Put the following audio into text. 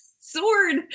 sword